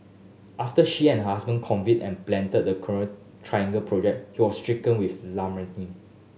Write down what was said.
after she and her husband and planned the Coral Triangle project he was stricken with